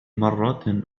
مرة